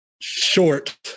short